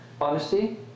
honesty